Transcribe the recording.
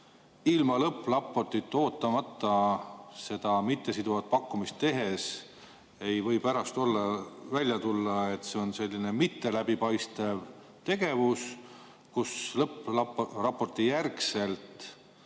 ilma lõppraportit ootamata seda mittesiduvat pakkumist tehes ei või pärast välja tulla, et see on selline mitteläbipaistev tegevus, kus lõppraportijärgselt